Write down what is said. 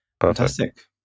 Fantastic